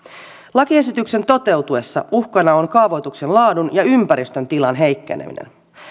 lakiesityksen toteutuessa uhkana on kaavoituksen laadun ja ympäristön tilan heikkeneminen